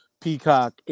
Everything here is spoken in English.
Peacock